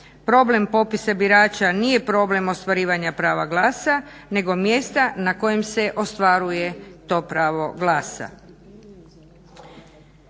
Problem popisa birača nije problem ostvarivanja prava glasa nego mjesta na kojem se ostvaruje to pravo glasa.